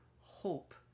hope